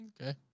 Okay